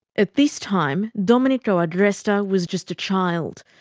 at this time domenico agresta was just a child.